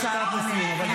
משפט לסיום, גברתי.